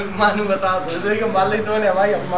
MSP के बारे में बतायें?